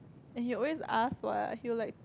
and he always ask what he will like